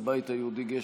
הינה,